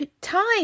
time